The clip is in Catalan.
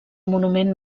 monument